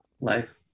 Life